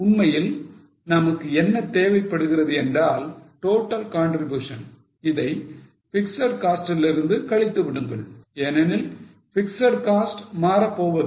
உண்மையில் நமக்கு என்ன தேவைப்படுகிறது என்றால் total contribution இதை பிக்ஸட் காஸ்ட் லிருந்து கழித்து விடுங்கள் ஏனெனில் பிக்ஸட் காஸ்ட் மாறப்போவதில்லை